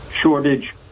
Shortage